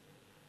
נתקבלה.